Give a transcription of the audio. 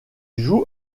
joue